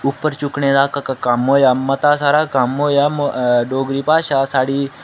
उप्पर चुक्कने दा क्क कम्म होया मता सारा कम्म होया डोगरी भाशा साढ़ी